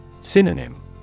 Synonym